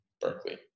Berkeley